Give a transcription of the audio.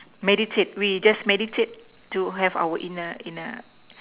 meditate we just meditate to have our inner inner